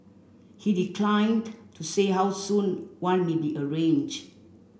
he declined to say how soon one may be arranged